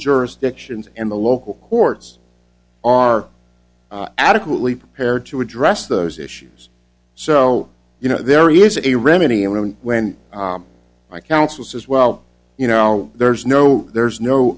jurisdictions and the local courts are adequately prepared to address those issues so you know there is a remedy and when my counsel says well you know there's no there's no